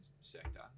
sector